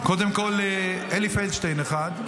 קודם כול, אלי פלדשטיין אחד.